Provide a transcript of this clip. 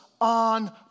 on